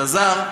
אלעזר,